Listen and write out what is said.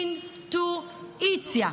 אינ-טו-איצ-יה.